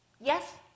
yes